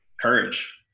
courage